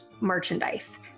merchandise